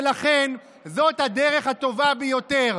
ולכן זאת הדרך הטובה ביותר.